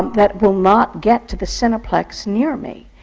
that will not get to the cineplex near me.